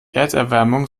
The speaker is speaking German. erderwärmung